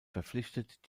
verpflichtet